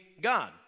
God